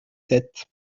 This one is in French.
sept